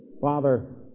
Father